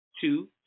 two